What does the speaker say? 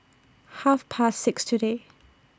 Half Past six today